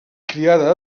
criada